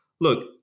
look